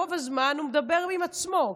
רוב הזמן הוא מדבר עם עצמו,